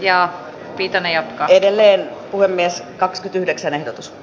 jaa pitänee edelleen puhemies kakskytyhdeksänehdotus